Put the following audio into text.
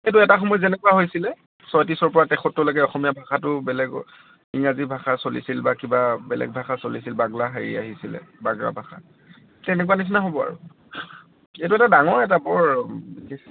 সেইটো এটা সময়ত যেনেকুৱা হৈছিলে ছয়ত্ৰিছৰ পৰা তেসত্তৰলৈকে অসমীয়া ভাষাটো বেলেগৰ ইংৰাজী ভাষা চলিছিল বা কিবা বেলেগ ভাষা চলিছিল বাংলা হেৰি আহিছিলে বাংলা ভাষা তেনেকুৱা নিচিনা হ'ব আৰু এইটো এটা ডাঙৰ এটা বৰ